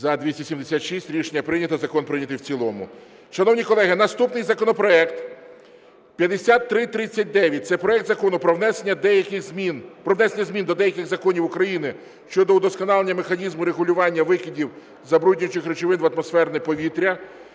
За-276 Рішення прийнято. Закон прийнятий в цілому. Шановні колеги, наступний законопроект 5339. Це проект Закону про внесення змін до деяких законів України щодо удосконалення механізму регулювання викидів забруднюючих речовин в атмосферне повітря.